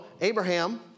Abraham